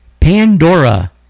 Pandora